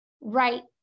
right